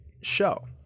show